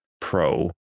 pro